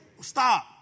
Stop